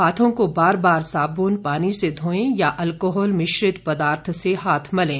हांथों को बार बार साबून पानी से धोएं या अल्कोहल मिश्रित पदार्थ से हाथ मलें